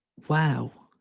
wow,